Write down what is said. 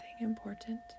important